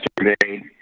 yesterday